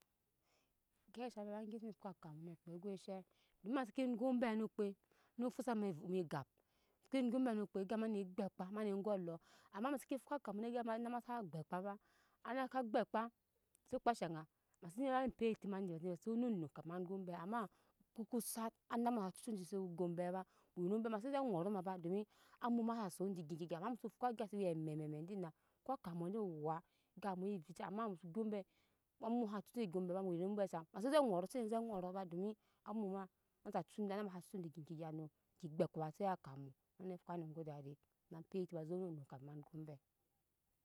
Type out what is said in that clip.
Egya se shaŋ ma ve ma gyap se fwa akamu no okpɛ ko she dom ma seke gyo ombai no kpɛ no fusa ma evum agap se gyo ombai no okpɛ agap ma ne dakpa mane go olɔ ama ma seke fwa akamu na yama ana ma sa kpe kpa ba ana ka kpɛpa mase kpa shaga ma yere pei eti ma no se no num kapi ma gyo ombai ama okpɛ ko sat enama nasa cucu aje se gyo ombai ba yeno ombai mase ze ŋɔrok ma ba domi amu ma nasa son aje gyo eŋke gya ama moso fwa egya siwe amɛ mɛ dina ko akamu di wua egap mu we vica ama muso gya ombai amu nasa cucu egyo ombai ma bama ama mu geno ombi ma ba ma ama mu geno ombai shaŋ muso ze masene ze ŋɔok domi amu ma nasa cucu na sena cucu aje gya eŋke gya no eŋke eka ba se akamu ne fwa je ge dadi ma pɛi eti ma se no num naci ma gyo bai